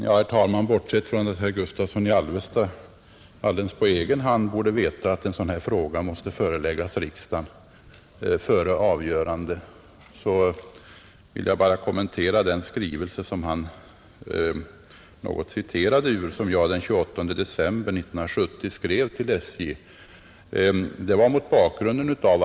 Herr talman! Bortsett från att herr Gustavsson i Alvesta alldeles på egen hand borde veta att en sådan här fråga måste föreläggas riksdagen före avgörande vill jag bara kommentera den skrivelse som jag tillställde SJ den 28 december 1970 och som herr Gustavsson citerade ur.